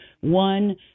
One